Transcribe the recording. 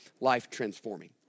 life-transforming